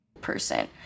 person